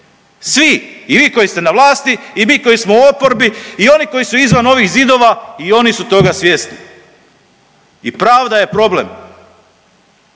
Svi i vi koji ste na vlasti i mi koji smo u oporbi i oni koji su izvan ovih zidova i oni su toga svjesni. I pravda je problem.